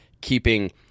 keeping –